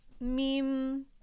meme